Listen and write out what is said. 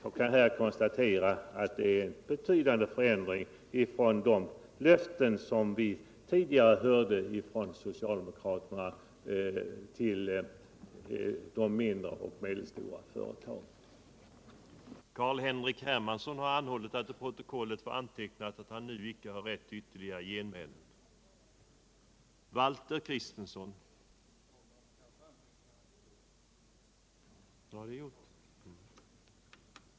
Det innebär en betydande förändring i förhållande till de löften som vi tidigare har hört från socialdemokratiskt håll när det gäller de mindre och medelstora företagen.